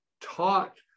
taught